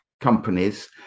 companies